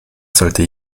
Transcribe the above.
sollte